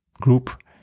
group